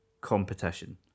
competition